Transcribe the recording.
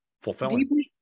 fulfilling